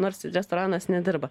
nors restoranas nedirba